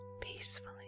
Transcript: peacefully